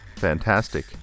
fantastic